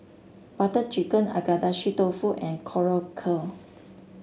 Butter Chicken Agedashi Dofu and Korokke